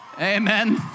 Amen